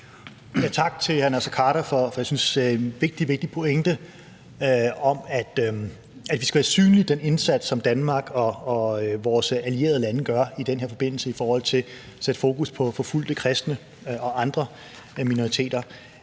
Tak til hr. Naser Khader for hans vigtige, vigtige pointe om, at vi skal være synlige i den indsats, som Danmark og vores allierede lande gør i den her forbindelse i forhold til at sætte fokus på forfulgte kristne og andre minoriteter.